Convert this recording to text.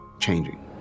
changing